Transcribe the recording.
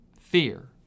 fear